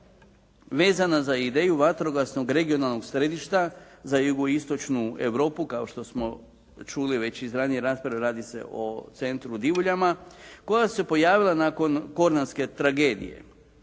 vezana za ideju vatrogasnog regionalnog središta za jugoistočno Europu kao što smo čuli već iz ranije rasprave. Radi se o centru u Divuljama koja se pojavila nakon kornatske tragedije.